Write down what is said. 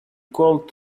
called